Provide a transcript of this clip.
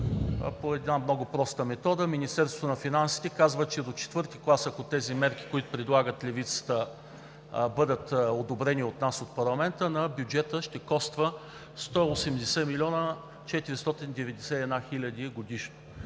по една много проста методика – Министерството на финансите казва, че до IV клас, ако тези мерки, които предлагат левицата, бъдат одобрени от нас, от парламента, на бюджета ще коства 180 млн. 491 хил. лв. годишно.